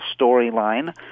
storyline